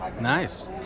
nice